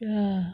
ya